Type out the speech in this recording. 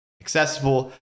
accessible